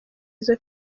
izo